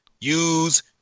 use